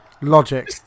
Logic